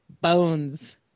bones